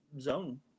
zone